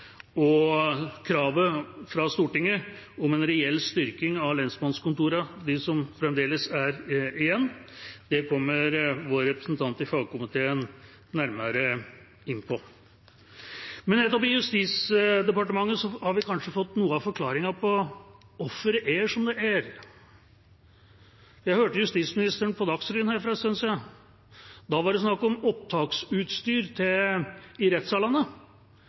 og kravet fra Stortinget om en reell styrking av lensmannskontorene – de som fremdeles er igjen. Det kommer vår representant i fagkomiteen nærmere inn på. Nettopp i Justisdepartementet har vi kanskje fått noe av forklaringen på hvorfor det er som det er. Jeg hørte justisministeren på Dagsrevyen her for en stund siden. Da var det snakk om opptaksutstyr i rettssalene,